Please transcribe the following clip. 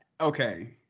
Okay